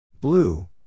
Blue